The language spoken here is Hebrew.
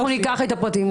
אנחנו ניקח את הפרטים,